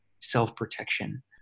self-protection